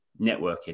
networking